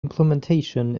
implementation